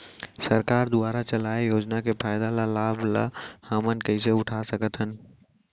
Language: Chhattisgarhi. सरकार दुवारा चलाये योजना के फायदा ल लाभ ल हमन कइसे उठा सकथन?